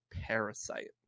parasite